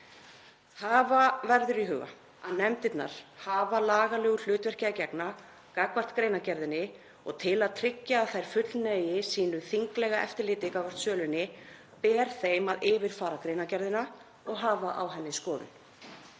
Hafa verður í huga að nefndirnar hafa lagalegu hlutverki að gegna gagnvart greinargerðinni og til að tryggja að þær fullnægi sínu þinglega eftirliti gagnvart sölunni ber þeim að yfirfara greinargerðina og hafa á henni skoðun.